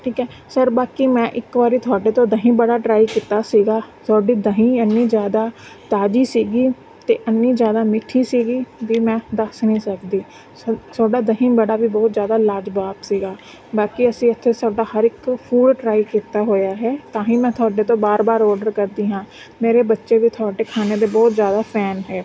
ਠੀਕ ਹੈ ਸਰ ਬਾਕੀ ਮੈਂ ਇੱਕ ਵਾਰ ਤੁਹਾਡੇ ਤੋਂ ਦਹੀਂ ਵੜਾ ਟਰਾਈ ਕੀਤਾ ਸੀਗਾ ਤੁਹਾਡੀ ਦਹੀਂ ਇੰਨੀ ਜ਼ਿਆਦਾ ਤਾਜ਼ੀ ਸੀਗੀ ਅਤੇ ਇੰਨੀ ਜ਼ਿਆਦਾ ਮਿੱਠੀ ਸੀਗੀ ਵੀ ਮੈਂ ਦੱਸ ਨਹੀਂ ਸਕਦੀ ਸੋ ਤੁਹਾਡਾ ਦਹੀਂ ਵੜਾ ਵੀ ਬਹੁਤ ਜ਼ਿਆਦਾ ਲਾਜਵਾਬ ਸੀਗਾ ਬਾਕੀ ਅਸੀਂ ਇੱਥੇ ਤੁਹਾਡਾ ਹਰ ਇੱਕ ਫੂਡ ਟਰਾਈ ਕੀਤਾ ਹੋਇਆ ਹੈ ਤਾਂ ਹੀ ਮੈਂ ਤੁਹਾਡੇ ਤੋਂ ਬਾਰ ਬਾਰ ਓਡਰ ਕਰਦੀ ਹਾਂ ਮੇਰੇ ਬੱਚੇ ਵੀ ਤੁਹਾਡੇ ਖਾਣੇ ਦੇ ਬਹੁਤ ਜ਼ਿਆਦਾ ਫੈਨ ਹੈ